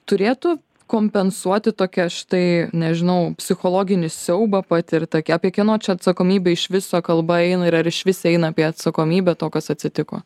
turėtų kompensuoti tokia štai nežinau psichologinį siaubą patirtą kepi kieno čia atsakomybė iš viso kalba eina ir ar išvis eina apie atsakomybę to kas atsitiko